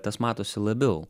tas matosi labiau